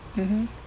mmhmm